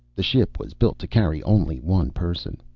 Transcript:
the ship was built to carry only one person.